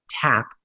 tap